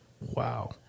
Wow